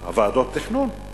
ועדות התכנון.